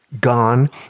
gone